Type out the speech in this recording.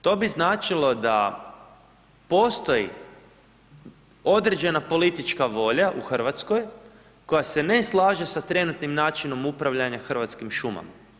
To bi značilo da postoji određena politička volja u Hrvatskoj koja se ne slaže sa trenutnim načinom upravljanja Hrvatskim šumama.